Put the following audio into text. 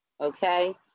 okay